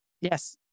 Yes